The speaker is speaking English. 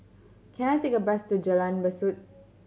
can I take a bus to Jalan Besut